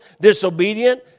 disobedient